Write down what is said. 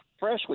Freshly